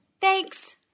Thanks